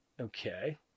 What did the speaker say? Okay